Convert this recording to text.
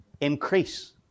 increase